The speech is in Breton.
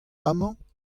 amañ